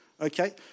Okay